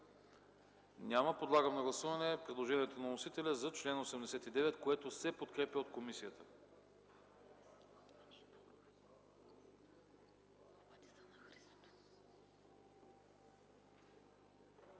Няма. Подлагам на гласуване предложението на вносителя за чл. 94, което се подкрепя от комисията.